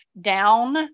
down